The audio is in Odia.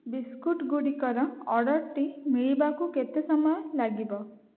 ବିସ୍କୁଟ ଗୁଡ଼ିକର ଅର୍ଡ଼ରଟି ମିଳିବାକୁ କେତେ ସମୟ ଲାଗିବ